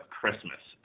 Christmas